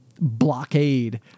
blockade